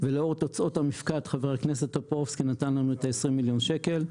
ולאור תוצאות המפקד חבר הכנסת טופורובסקי נתן לנו את ה-20 מיליון שקל.